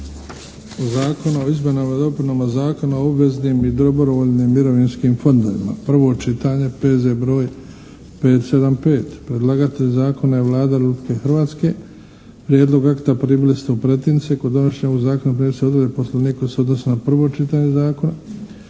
zakona o izmjenama i dopunama Zakona o obveznim i dobrovoljnim mirovinskim fondovima, prvo čitanje, P.Z.E. br. 575. Predlagatelj zakona je Vlada Republike Hrvatske. Prijedlog akta primili ste u pretince. Kod donošenja ovog Zakona … /Govornik se ne razumije./ … Poslovnika se odnose na prvo čitanje zakona,